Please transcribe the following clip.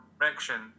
direction